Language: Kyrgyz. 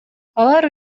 алар